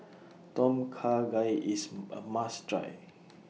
Tom Kha Gai IS A must Try